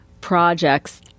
projects